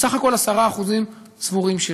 בסך הכול, 10% סבורים שלא.